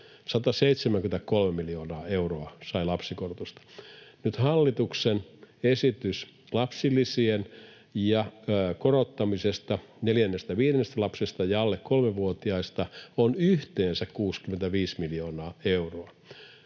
173 miljoonaa euroa sai lapsikorotusta. Nyt hallituksen esitys lapsilisien korottamisesta neljännestä ja viidennestä lapsesta ja alle kolmivuotiaista on yhteensä 65 miljoonaa euroa,